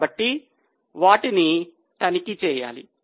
కాబట్టి వాటిని తనిఖీ చేయాలి